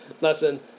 lesson